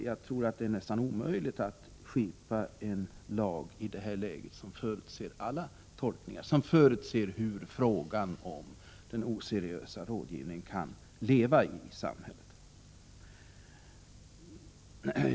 Jag tror att det är nästan omöjligt att skipa en lag i det här läget som förutser hur den oseriösa rådgivningen kan leva i samhället.